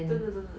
真的真的